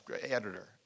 editor